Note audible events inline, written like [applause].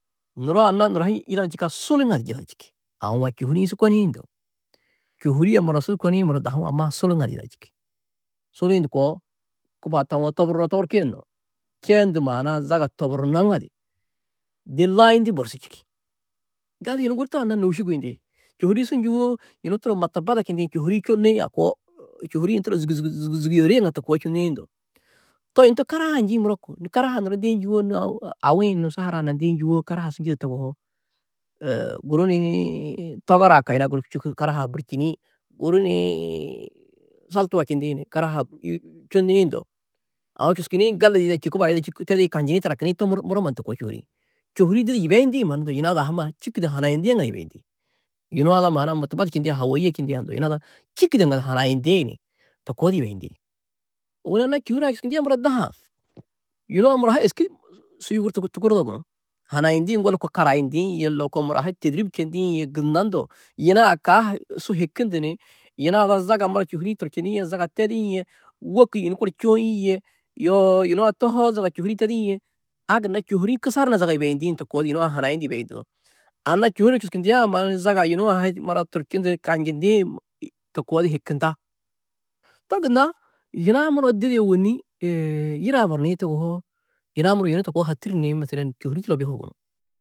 Nuro anna nuro hi njidadu čîkã suli ŋadu njidadu čîki. Aũ a čôhuri-ĩ su koniĩ ndo, čôhuri a muro su koniĩ dahu-ã suli ŋga njidadu čîki, suli-ĩ ndu koo suli kubaa tawo toburroo togurkîe nuũ čendu maana-ã zaga toburunnó ŋadu di layinidî borsu čîki. Gali yunu gudi turo anna-ã nôuši guyindi, čôhuri-ĩ su njûwo yunu turo matabada čindĩ, čôhuri-ĩ čunii a koo, čôhuri-ĩ yunu turo zûguzugu, zûguzugu yodirîe ŋadu to koo čunniĩ ndo, to yunu to karaha-ã njîĩ, muro koo, nû karaha-ã nuro ndeî njûwo nû aũ awi-ĩ sahara-ã na ndeî njûwo karaha su njîde toguhoo, [hesitation] guru ni tôgoraa kaa yina guru čûku karaha-ã bûrčini, guru ni soltua čindi karaha-ã čunniĩ, aũ čusčinĩ gali di yida čî, kubaa yida čî [unintelligible] tarakinĩ to muro, muro mannu to koo čôhuri-ĩ. Čô huri-ĩ didi yibeyindĩ mannu yina ada ha mannu čîkido hanayindĩ ŋadu yibeyindi, yina ada motobat čindĩ hawaîe čindiã čîkide ŋadu hanayindi, to koo di yibeyindi. Ôwonni anna čôhure-ã čusčindiã mura daha-ã, yo mura ha êski di su [unintelligible] hanayindi ŋgo lôko karayindĩ yê lôko mura tîdirib čindĩ yê gunna ndo yina a kaa ha su hikundu ni yina ada zaga mura čôhuri-ĩ turčinĩ yê zaga tedĩ yê wôku yunu kor čô ie yê yoo yunu-ã tohoo zaga čôhuri-ĩ tedĩ yê a gunna čôhuri-ĩ kusar hunã zaga yibeyindĩ to koo di yunu-ã hanayundu yibeyundudo. Anna čôhure čusčindiã mannu zaga yunu a hi mura turčundu ni kanjindĩ to koo hikinda, to gunna yunu-ã muro didi ôwonni [hesitation] yire-ã baranîe toguhoo, yunu-ã muro yunu to koo hatîr ni masalan čôhuri čulobîe koo gunú.